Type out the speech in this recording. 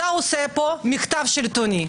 אתה עושה פה מחטף שלטוני.